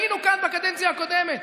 היינו כאן בקדנציה הקודמת.